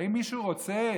האם מישהו רוצה